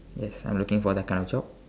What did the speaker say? yes I'm looking for that kind also